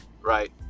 right